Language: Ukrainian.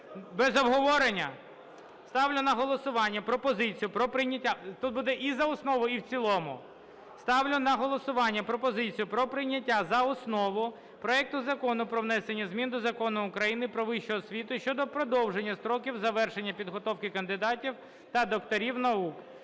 і в цілому. Ставлю на голосування пропозицію про прийняття за основу проекту Закону про внесення змін до Закону України "Про вищу освіту" щодо продовження строків завершення підготовки кандидатів та докторів наук,